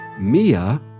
Mia